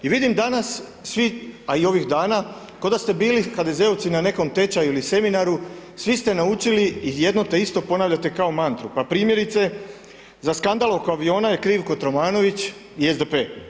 I vidim danas svi, a i ovih dana ko da ste bili HDZ-ovci na nekom tečaju ili seminaru svi ste naučili jedno te isto ponavljate kao mantru, pa primjerice za skandal oko aviona je kriv Kotromanović i SDP.